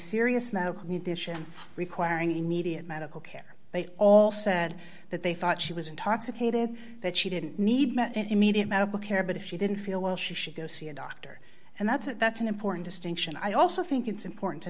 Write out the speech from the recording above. serious medical need to shim requiring immediate medical care they all said that they thought she was intoxicated that she didn't need immediate medical care but if she didn't feel well she should go see a doctor and that's it that's an important distinction i also think it's important to